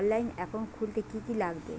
অনলাইনে একাউন্ট খুলতে কি কি লাগবে?